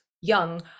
young